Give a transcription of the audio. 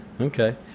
okay